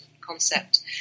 concept